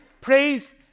praise